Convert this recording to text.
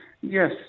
Yes